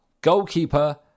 Goalkeeper